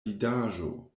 vidaĵo